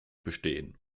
bestehen